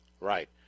right